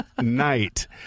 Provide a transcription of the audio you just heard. night